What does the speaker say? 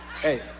Hey